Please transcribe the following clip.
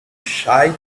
shy